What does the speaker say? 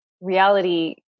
reality